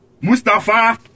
Mustafa